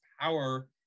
Power